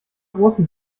großen